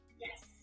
Yes